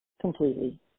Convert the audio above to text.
Completely